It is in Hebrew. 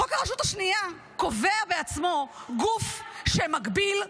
חוק הרשות השנייה קובע בעצמו גוף שמגביל,